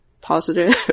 positive